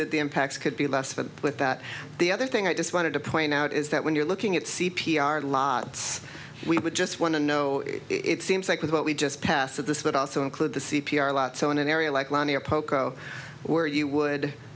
that the impacts could be less but with that the other thing i just wanted to point out is that when you're looking at c p r lots we would just want to know it seems like with what we just pass that this would also include the c p r lot so in an area like lanier poco where you would